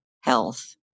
health